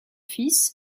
fils